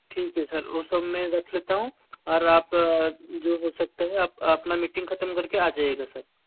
ठीक है सर वो सब में रख लेता हूँ आर आप जो हो सकता है आप अपना मीटिंग ख़त्म करके आ जाइएगा सर